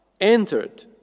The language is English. entered